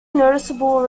noticeable